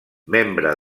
membre